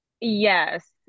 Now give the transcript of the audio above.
Yes